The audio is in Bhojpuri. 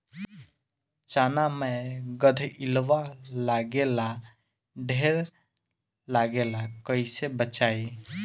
चना मै गधयीलवा लागे ला ढेर लागेला कईसे बचाई?